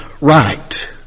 right